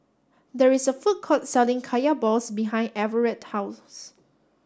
there is a food court selling Kaya balls behind Everet's house